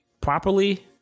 properly